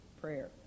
prayer